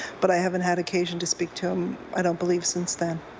but i haven't had occasion to speak to him, i don't believe, since then